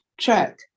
track